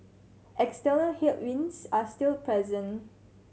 external headwinds are still present